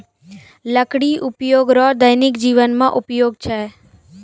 लकड़ी उपयोग रो दैनिक जिवन मे उपयोग छै